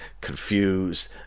confused